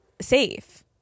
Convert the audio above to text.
safe